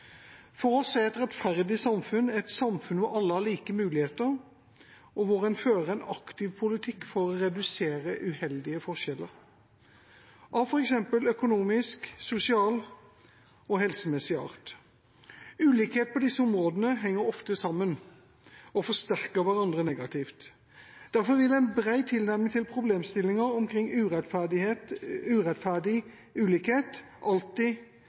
For oss er et rettferdig samfunn et samfunn hvor alle har like muligheter, og hvor en fører en aktiv politikk for å redusere uheldige forskjeller av f.eks. økonomisk, sosial og helsemessig art. Ulikhet på disse områdene henger ofte sammen og forsterker hverandre negativt. Derfor vil en bred tilnærming til problemstillingen omkring urettferdig ulikhet alltid